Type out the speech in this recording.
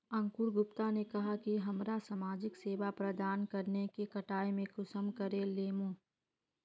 अंकूर गुप्ता ने कहाँ की हमरा समाजिक सेवा प्रदान करने के कटाई में कुंसम करे लेमु?